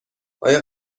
آیا